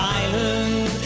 island